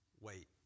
wait